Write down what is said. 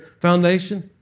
foundation